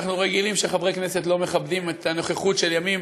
אנחנו רגילים שחברי כנסת לא מכבדים בנוכחותם את הימים